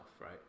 right